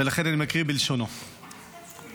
ולכן אני מקריא בלשונו: בראייתי,